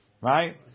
Right